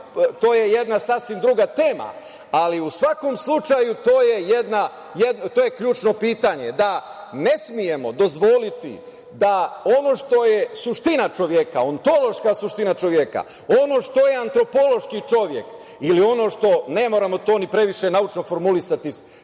to je jedna sasvim druga tema, ali u svakom slučaju, to je ključno pitanje, da ne smemo dozvoliti da ono što je suština čoveka, ontološka suština čoveka, ono što je antropološki čovek ili ono što, ne moramo to ni previše naučno formulisati,